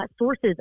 sources